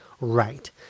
right